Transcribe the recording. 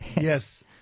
Yes